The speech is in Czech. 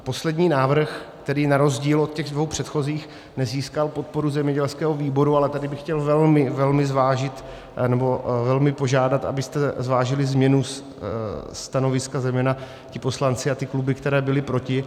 A poslední návrh, který na rozdíl od těch dvou předchozích nezískal podporu zemědělského výboru, ale tady bych chtěl velmi, velmi zvážit, nebo velmi požádat, abyste zvážili změnu stanoviska, zejména ti poslanci a ty kluby, které byly proti.